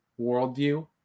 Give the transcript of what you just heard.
worldview